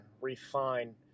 refine